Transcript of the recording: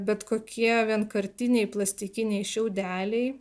bet kokie vienkartiniai plastikiniai šiaudeliai